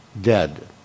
dead